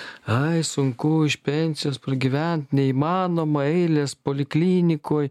ai sunku iš pensijos pragyvent neįmanoma eilės poliklinikoj